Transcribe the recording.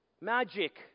Magic